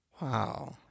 Wow